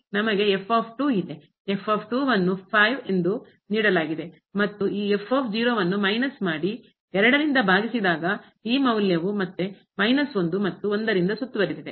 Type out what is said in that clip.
ನಮಗೆ ಅನ್ನು ಎಂದು ನೀಡಲಾಗಿದೆ ಮತ್ತು ಈ ಅನ್ನು ಮೈನಸ್ ಮಾಡಿ ರಿಂದ ಭಾಗಿಸಿ ದಾಗ ಈ ಮೌಲ್ಯವು ಮತ್ತೆ ಮೈನಸ್ ಮತ್ತು ಸುತ್ತುವರೆದಿದೆ